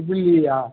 triple E yeah